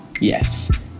yes